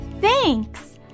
Thanks